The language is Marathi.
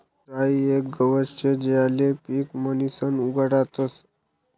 राई येक गवत शे ज्याले पीक म्हणीसन उगाडतस